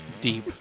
Deep